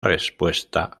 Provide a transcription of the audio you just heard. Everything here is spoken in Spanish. respuesta